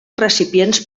recipients